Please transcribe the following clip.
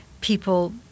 people